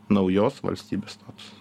naujos valstybės status